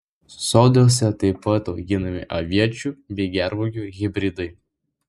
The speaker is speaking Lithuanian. soduose taip pat auginami aviečių bei gervuogių hibridai